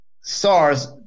SARS